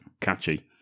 Catchy